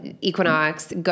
Equinox